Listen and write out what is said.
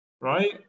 right